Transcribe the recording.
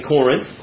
Corinth